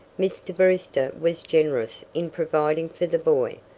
mr. brewster was generous in providing for the boy.